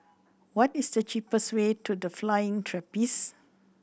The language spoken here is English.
what is the cheapest way to The Flying Trapeze